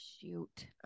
shoot